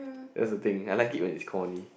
that's the thing I like it when it's corny